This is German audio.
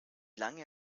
lange